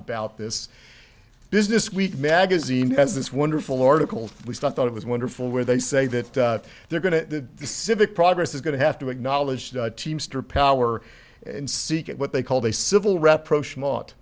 about this business week magazine as this wonderful article which thought it was wonderful where they say that they're going to the civic progress is going to have to acknowledge the teamster power and seek it what they called a civil rep pro